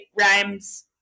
rhymes